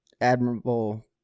admirable